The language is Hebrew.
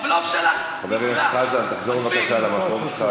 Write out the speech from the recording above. הבלוג שלך, חבר הכנסת חזן, תחזור בבקשה למקום שלך.